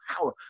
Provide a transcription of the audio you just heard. power